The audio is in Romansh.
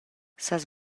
sas